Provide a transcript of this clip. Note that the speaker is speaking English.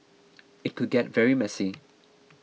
it could get very messy